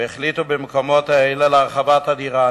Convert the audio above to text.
והחליטו במקומות האלה על הרחבת הדירה.